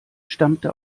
stammte